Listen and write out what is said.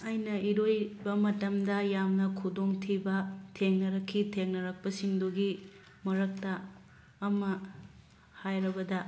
ꯑꯩꯅ ꯏꯔꯣꯏꯕ ꯃꯇꯝꯗ ꯌꯥꯝꯅ ꯈꯨꯗꯣꯡꯊꯤꯕ ꯊꯦꯡꯅꯔꯛꯈꯤ ꯊꯦꯡꯅꯔꯛꯄꯁꯤꯡꯗꯨꯒꯤ ꯃꯔꯛꯇ ꯑꯃ ꯍꯥꯏꯔꯕꯗ